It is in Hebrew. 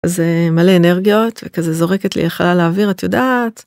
זה מלא אנרגיות וכזה זורקת לי לחלל האוויר את יודעת.